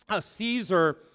Caesar